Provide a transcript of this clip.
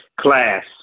Class